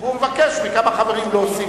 אני מבקש הבהרה מראש הממשלה: